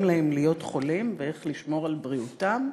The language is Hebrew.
להם להיות חולים ואיך לשמור על בריאותם.